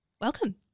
Welcome